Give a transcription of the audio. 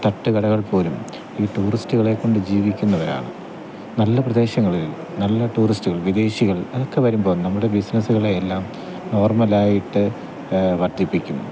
തട്ടുകടകൾപോലും ഈ ടൂറിസ്റ്റുകളെക്കൊണ്ട് ജീവിക്കുന്നവരാണ് നല്ല പ്രദേശങ്ങളിൽ നല്ല ടുറിസ്റ്റുകൾ വിദേശികൾ അതൊക്കെ വരുമ്പോൾ നമ്മുടെ ബിസിനസ്സുകളെയെല്ലാം നോർമലായിട്ട് വർദ്ധിപ്പിക്കും